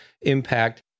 impact